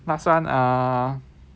last [one] err